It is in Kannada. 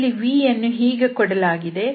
ಇಲ್ಲಿ v ಯನ್ನು ಹೀಗೆ ಕೊಡಲಾಗಿದೆ